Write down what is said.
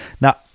Now